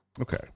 okay